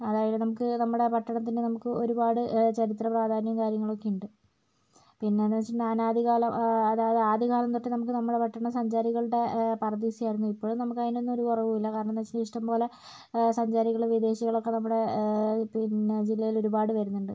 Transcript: അതായത് നമുക്ക് നമ്മുടെ പട്ടണത്തിൻ്റെ നമുക്ക് ഒരു പാട് ചരിത്ര പ്രാധാന്യവും കാര്യങ്ങളൊക്കെ ഉണ്ട് പിന്നെയെന്ന് വെച്ചിട്ടുണ്ടെങ്കിൽ അനാദി കാലം അതായത് ആദികാലം തൊട്ട് നമുക്ക് നമ്മുടെ മറ്റുള്ള സഞ്ചാരികളുടെ പറുദീസയായിരുന്നു ഇപ്പോഴും നമുക്കതിനൊന്നും ഒരു കുറവുമില്ല കാരണം എന്ന് വെച്ചിട്ടുണ്ടെങ്കിൽ ഇഷ്ടം പോലെ സഞ്ചാരികളും വിദേശികളൊക്കെ നമ്മുടെ പിന്നെ ജില്ലയിൽ ഒരു പാട് വരുന്നുണ്ട്